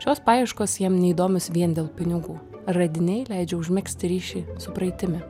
šios paieškos jam neįdomios vien dėl pinigų radiniai leidžia užmegzti ryšį su praeitimi